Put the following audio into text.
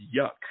yuck